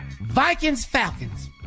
Vikings-Falcons